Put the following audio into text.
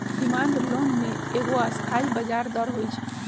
demand loan में एगो अस्थाई ब्याज दर होइ छइ